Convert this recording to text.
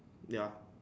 ya